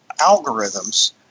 algorithms